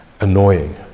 Annoying